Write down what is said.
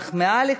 אך מעל לכול,